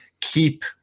keep